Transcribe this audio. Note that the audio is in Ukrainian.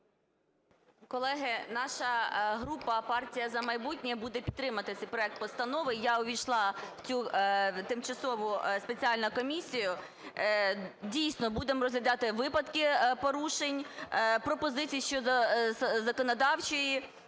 Колеги, наша група, партія "За майбутнє" буде підтримувати цей проект постанови, я увійшла в цю тимчасову спеціальну комісію. Дійсно будемо розглядати випадки порушень, пропозиції щодо законодавчої